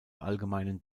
allgemeinen